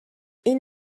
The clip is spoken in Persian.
این